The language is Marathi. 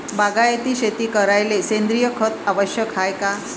बागायती शेती करायले सेंद्रिय खत आवश्यक हाये का?